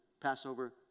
Passover